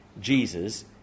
Jesus